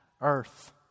earth